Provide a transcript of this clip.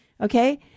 okay